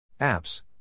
Apps